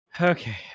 Okay